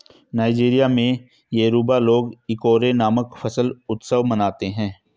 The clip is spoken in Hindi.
नाइजीरिया में योरूबा लोग इकोरे नामक फसल उत्सव मनाते हैं